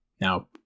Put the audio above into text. Now